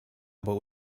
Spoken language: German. aber